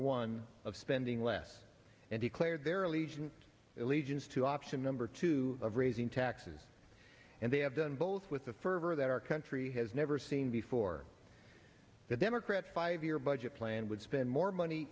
one of spending less and declared their allegiance allegiance to option number two of raising taxes and they have done both with the fervor that our country has never seen before the democrats five year budget plan would spend more money